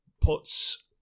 puts